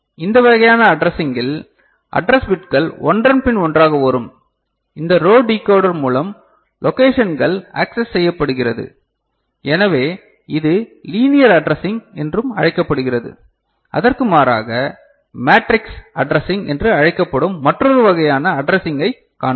இந்த வகையான அட்ரெஸ்ஸிங்கில் அட்ரெஸ் பிட்கள் ஒன்றன் பின் ஒன்றாக வரும் இந்த ரோ டிகோடர் மூலம் லொகேஷன்கள் ஆக்செஸ் செய்யப்படுகிறது எனவே இது லீனியர் அட்ரெஸ்ஸிங் என்றும் அழைக்கப்படுகிறது அதற்கு மாறாக மேட்ரிக்ஸ் அட்ரெஸ்ஸிங் என்று அழைக்கப்படும் மற்றொரு வகையான அட்ரெஸ்ஸிங்கை காண்போம்